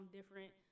different